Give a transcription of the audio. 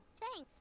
Thanks